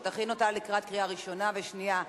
שתכין אותה לקראת קריאה ראשונה ושנייה.